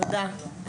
תודה.